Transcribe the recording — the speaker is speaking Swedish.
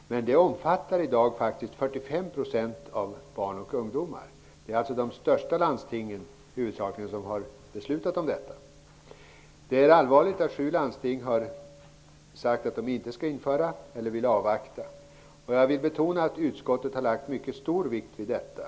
Men detta omfattar i dag 45 % av alla barn och ungdomar. Det är alltså huvudsakligen de största landstingen som har beslutat om detta. Det är allvarligt att sju landsting har sagt att de inte skall införa eller vill avvakta. Jag vill betona att utskottet har lagt mycket stor vikt vid detta.